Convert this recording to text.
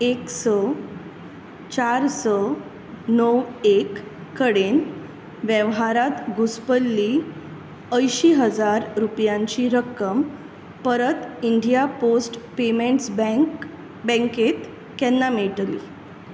एक स चार स णव एक कडेन वेव्हारात घुस्पल्ली अंयशीं हजार रुपयांची रक्कम परत इंडिया पोस्ट पेमँट्स बँक बँकेत केन्ना मेळटली